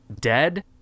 dead